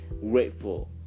grateful